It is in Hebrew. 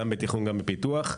גם בתכנון וגם בפיתוח.